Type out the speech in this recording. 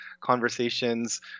conversations